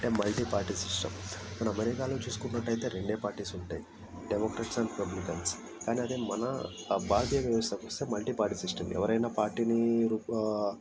అంటే multi party system మనం అమెరికాలో చూసుకున్నట్టయితే రెండే పార్టిస్ ఉంటాయి డెమోక్రట్స్ పబ్లికన్స్ కానీ అదే మన భారతీయ వ్యవస్థకు వస్తే మల్టీ పార్టీ సిస్టమ్ ఎవరైనా పార్టీని ఆ